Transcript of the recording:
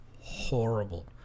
horrible